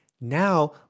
now